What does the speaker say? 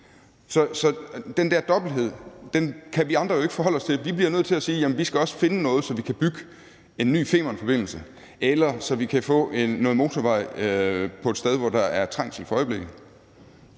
Den der dobbelthed kan vi andre jo ikke forholde os til, for vi bliver nødt til at sige, at vi også skal finde noget, så vi kan bygge en ny Femernforbindelse, eller så vi kan få noget motorvej på et sted, hvor der er trængsel for øjeblikket.